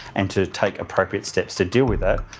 and to take appropriate steps to deal with it.